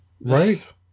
right